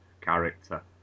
character